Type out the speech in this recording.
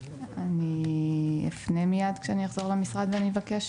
אני אפנה מיד כשאני אחזור למשרד ואני אבקש